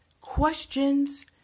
questions